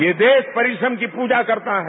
ये देश परिश्रम की पूजा करता है